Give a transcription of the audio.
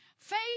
Faith